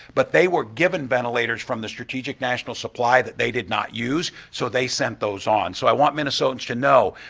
but they were given ventilators from the strategic national supply that they did not use so they sent those on. so i want minnesotans to know,